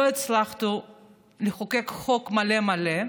לא הצלחנו לחוקק חוק מלא מלא.